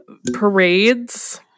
parades